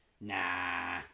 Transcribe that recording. nah